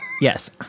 Yes